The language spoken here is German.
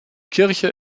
kirche